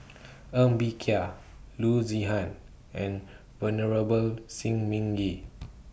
Ng Bee Kia Loo Zihan and Venerable Shi Ming Yi